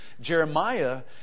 Jeremiah